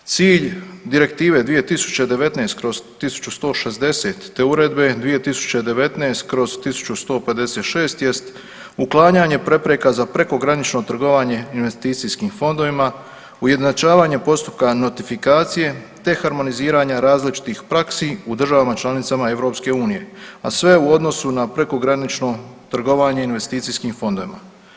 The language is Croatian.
Cilj Direktive 2019/1160 te Uredbe 2019/1156 jest uklanjanje prepreka za prekogranično trgovanje investicijskim fondovima, ujednačavanje postupka notifikacije te harmoniziranja različitih praksi u državama članica EU, a sve u odnosu na prekogranično trgovanje investicijskim fondovima.